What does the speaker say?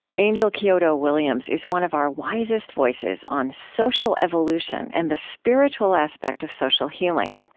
angel kyodo williams is one of our wisest voices on social evolution and the spiritual aspect of social healing.